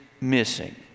missing